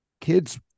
Kids